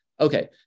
Okay